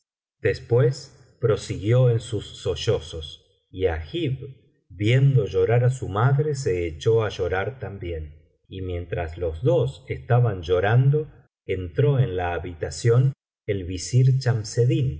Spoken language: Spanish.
después prosiguió en sus sollozos y agib viendo llorar á su madre se echó á llorar también y mientras los dos estaban llorando entró en la habitación el visir